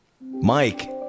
Mike